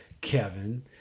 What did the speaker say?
Kevin